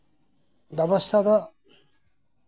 ᱵᱮᱵᱚᱥᱛᱷᱟ ᱫᱚ